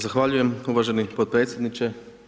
Zahvaljujem uvaženi potpredsjedniče.